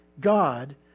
God